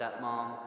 stepmom